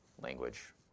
language